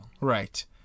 Right